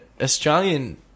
Australian